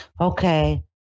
Okay